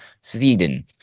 Sweden